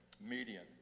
median